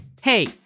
Hey